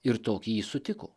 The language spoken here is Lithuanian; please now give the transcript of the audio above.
ir tokį jį sutiko